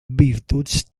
virtuts